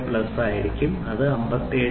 അതിനാൽ ഈ grade M 112 ലെ പരമാവധി അളവുകൾ 57